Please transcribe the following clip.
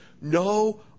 no